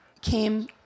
came